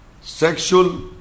sexual